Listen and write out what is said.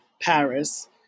Paris